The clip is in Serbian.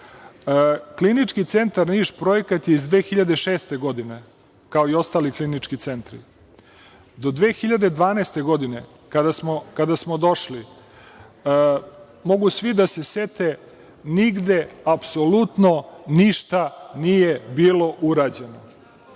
vreme. Klinički centar Niš projekat je iz 2006. godine, kao i ostali klinički centri. Do 2012. godine, kada smo došli, mogu svi da se sete, nigde apsolutno, ništa nije bilo urađeno.